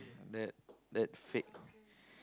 that that fake